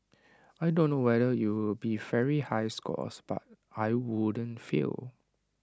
I don't know whether it'll be very high scores but I won't fail